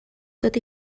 tot